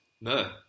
No